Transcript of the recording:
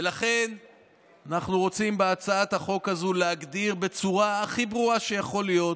ולכן בהצעת החוק הזו אנחנו רוצים להגדיר בצורה הכי ברורה שיכול להיות